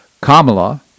Kamala